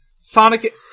Sonic